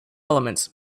elements